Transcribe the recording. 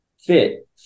fit